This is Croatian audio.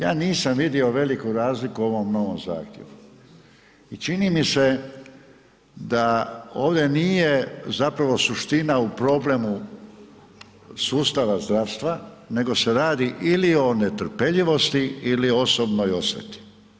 Ja nisam vidio veliku razliku u ovom novom zahtjevu i čini mi se da ovdje nije zapravo suština u problemu sustava zdravstva nego se radi ili o netrpeljivosti ili osobnoj osveti.